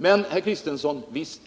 Men, herr Kristiansson, visst